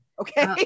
okay